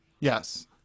Yes